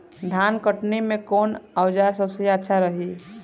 धान कटनी मे कौन औज़ार सबसे अच्छा रही?